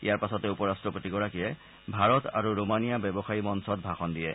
ইয়াৰ পাছতে উপ ৰাট্টপতিগৰাকীয়ে ভাৰত আৰু ৰোমানিয়া ব্যৱসায়ী মঞ্চত ভাষণ দিয়ে